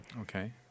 Okay